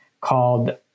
called